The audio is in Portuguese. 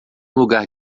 lugar